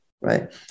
right